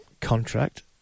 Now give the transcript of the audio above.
contract